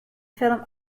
film